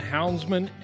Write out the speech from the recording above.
Houndsman